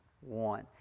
one